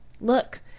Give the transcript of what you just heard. Look